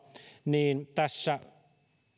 niin tässä